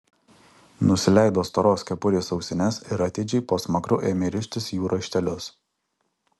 nusileido storos kepurės ausines ir atidžiai po smakru ėmė rištis jų raištelius